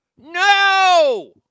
No